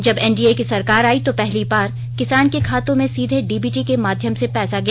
जब एनडीए की सरकार आई तो पहली बार किसान के खातों में सीधे डीबीटी के माध्यम से पैसा गया